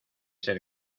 ser